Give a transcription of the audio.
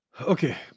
Okay